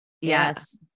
Yes